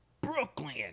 Brooklyn